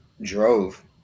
drove